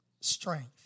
strength